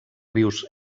rius